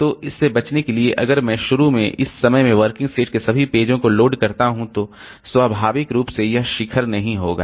तो इससे बचने के लिए अगर मैं शुरू में इस समय में वर्किंग सेट के सभी पेजों को लोड करता हूं तो स्वाभाविक रूप से यह शिखर नहीं होगा